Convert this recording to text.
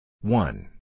One